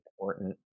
important